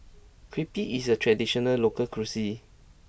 Crepe is a traditional local cuisine